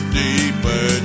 deeper